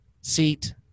seat